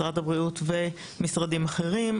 של משרד הבריאות ושל מוסדות אחרים,